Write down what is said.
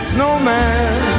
Snowman